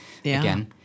again